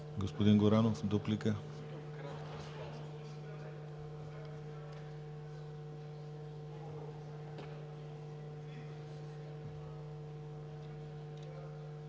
Господин Горанов – дуплика.